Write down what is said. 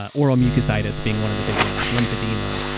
ah oral mucositis being one of the big ones lymphedema,